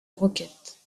roquettes